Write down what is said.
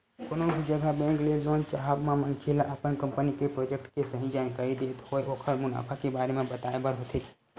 कोनो भी जघा बेंक ले लोन चाहब म मनखे ल अपन कंपनी के प्रोजेक्ट के सही जानकारी देत होय ओखर मुनाफा के बारे म बताय बर होथे